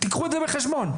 קחו את זה בחשבון.